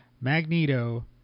Magneto